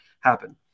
happen